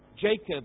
Jacob